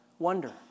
Wonder